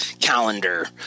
calendar